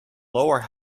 lower